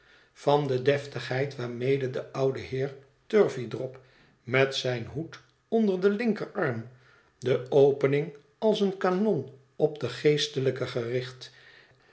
van de deftigheid waarmede de oude heer turveydrop met zijn hoed onder den linkerarm de opening als een kanon op den geestelijke gericht